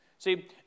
See